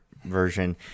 version